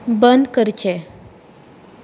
बंद करचें